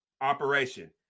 operation